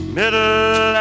middle